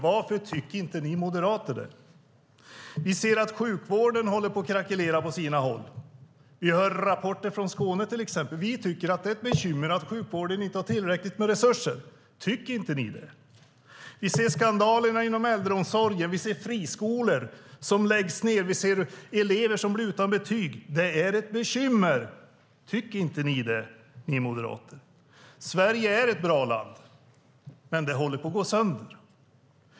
Varför tycker inte ni moderater det? Vi ser att sjukvården håller på att krackelera på sina håll. Vi hör rapporter från Skåne, till exempel. Vi tycker att det är ett bekymmer att sjukvården inte har tillräckligt med resurser. Tycker inte ni det? Vi ser skandalerna inom äldreomsorgen. Vi ser friskolor som läggs ned. Vi ser elever som blir utan betyg. Det är ett bekymmer. Tycker inte ni moderater det? Sverige är ett bra land, men det håller på att gå sönder.